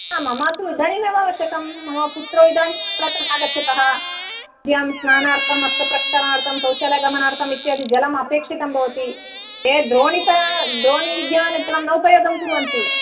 आम् मम तु इदानीम् एव आवश्यकम् मम पुत्रौ इदानीम् शालातः आगच्छतः स्नानार्थं हस्तप्रक्षालार्थं शौचालयगमनार्थम् इत्यादि जलम् अपेक्षितं भवति ते द्रोणीतः द्रोणीविद्यमानजलं न उपयोगं कुर्वन्ति